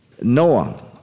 Noah